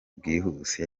bwihuse